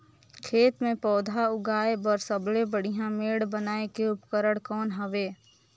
खेत मे पौधा उगाया बर सबले बढ़िया मेड़ बनाय के उपकरण कौन हवे?